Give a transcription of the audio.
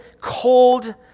cold